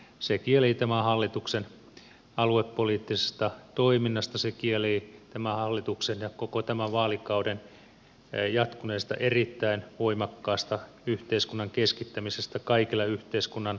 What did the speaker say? se kielii tämän hallituksen aluepoliittisesta toiminnasta se kielii tämän hallituksen ajan ja koko tämän vaalikauden jatkuneesta erittäin voimakkaasta yhteiskunnan keskittämisestä kaikilla yhteiskunnan lohkoilla